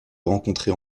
rencontrer